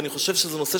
ואני חושב שזה נושא,